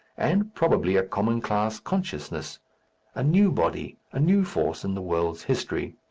and probably a common-class consciousness a new body, a new force, in the world's history.